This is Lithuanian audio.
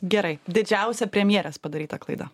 gerai didžiausia premjerės padaryta klaida